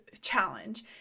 challenge